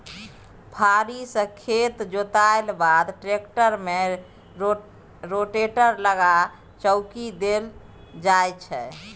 फारी सँ खेत जोतलाक बाद टेक्टर मे रोटेटर लगा चौकी देल जाइ छै